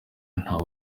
ntawe